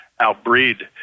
outbreed